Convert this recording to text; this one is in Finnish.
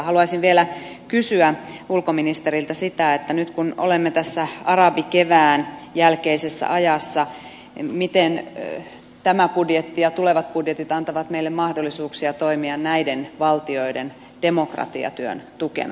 haluaisin vielä kysyä ulkoministeriltä sitä että nyt kun olemme tässä arabikevään jälkeisessä ajassa miten tämä budjetti ja tulevat budjetit antavat meille mahdollisuuksia toimia näiden valtioiden demokratiatyön tukena jatkossa